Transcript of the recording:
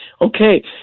Okay